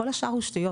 כל השאר הוא שטויות,